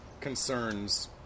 concerns